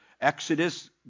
Exodus